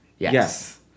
Yes